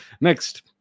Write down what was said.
Next